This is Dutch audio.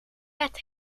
het